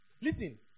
Listen